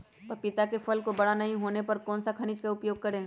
पपीता के फल को बड़ा नहीं होने पर कौन सा खनिज का उपयोग करें?